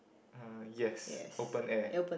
ah yes open air